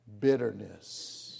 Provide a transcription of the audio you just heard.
bitterness